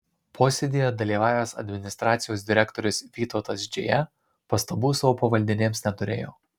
posėdyje dalyvavęs administracijos direktorius vytautas džėja pastabų savo pavaldinėms neturėjo